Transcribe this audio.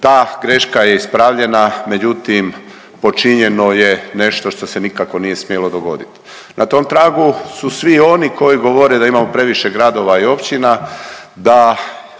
Ta greška je ispravljena, međutim počinjeno je nešto što se nikako nije smjelo dogoditi. Na tom tragu su svi oni koji govore da imamo previše gradova i općina, da